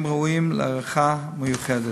הם ראויים להערכה מיוחדת.